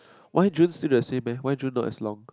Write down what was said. why June still the same leh why June not as long